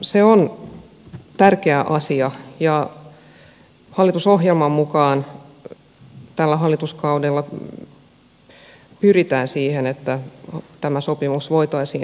se on tärkeä asia ja hallitusohjelman mukaan tällä hallituskaudella pyritään siihen että tämä sopimus voitaisiin ratifioida